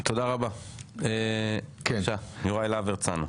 תודה רבה, בבקשה יוראי להב הרצנו.